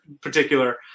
particular